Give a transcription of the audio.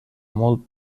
molt